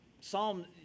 psalm